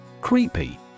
Creepy